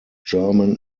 german